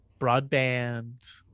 broadband